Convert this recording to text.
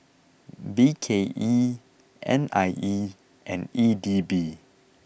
B K E N I E and E D B